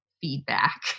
feedback